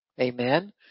Amen